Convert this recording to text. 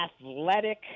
athletic